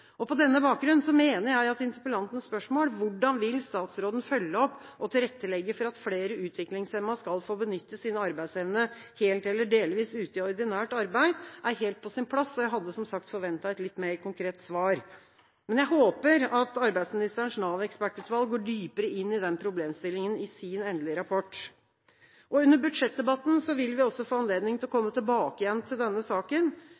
På denne bakgrunn mener jeg at interpellantens spørsmål om hvordan statsråden vil følge opp og tilrettelegge for at flere utviklingshemmede skal få benytte sin arbeidsevne helt eller delvis ute i ordinært arbeid, er helt på sin plass. Jeg hadde som sagt forventet et litt mer konkret svar, men jeg håper at arbeidsministerens Nav-ekspertutvalg går dypere inn i den problemstillinga i sin endelige rapport. Under budsjettdebatten vil vi også få anledning til å komme tilbake til denne saken.